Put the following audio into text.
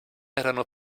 erano